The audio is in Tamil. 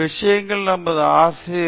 விஷயங்களை நமது ஆசிரியனால் விளக்கினர்